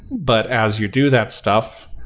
but as you do that stuff,